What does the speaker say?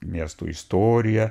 miestų istoriją